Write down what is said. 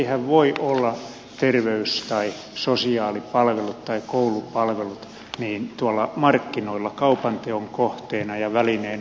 eiväthän voi olla terveys tai sosiaalipalvelut tai koulupalvelut tuolla markkinoilla kaupanteon kohteena ja välineenä